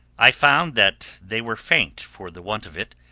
i found that they were faint for the want of it,